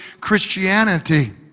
Christianity